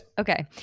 Okay